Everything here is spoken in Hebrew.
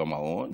במעון.